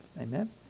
Amen